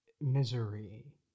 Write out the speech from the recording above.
misery